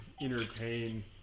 entertain